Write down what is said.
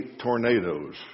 tornadoes